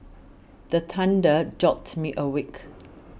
the thunder jolt me awake